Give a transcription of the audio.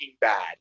bad